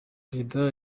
perezida